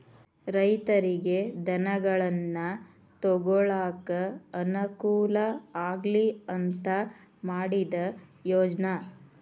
ರೈತರಿಗೆ ಧನಗಳನ್ನಾ ತೊಗೊಳಾಕ ಅನಕೂಲ ಆಗ್ಲಿ ಅಂತಾ ಮಾಡಿದ ಯೋಜ್ನಾ